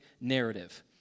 narrative